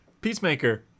Peacemaker